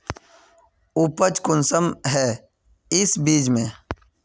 उपज कुंसम है इस बीज में?